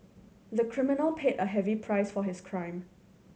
the criminal paid a heavy price for his crime